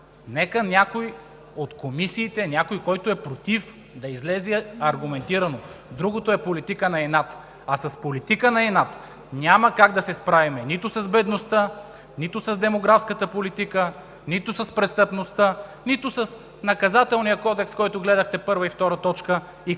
Нека някои от комисиите – някой, който е „против“, да излезе аргументирано, другото е политика на инат. А с политика на инат няма как да се справим нито с бедността, нито с демографската политика, нито с престъпността, нито с Наказателния кодекс, който гледахте – първа и втора точка, и